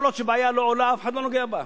כל עוד בעיה לא עולה, אף אחד לא נוגע בה.